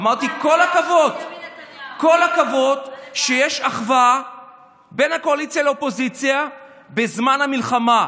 אמרתי: כל הכבוד שיש אחווה בין הקואליציה לאופוזיציה בזמן המלחמה,